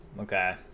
Okay